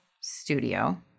studio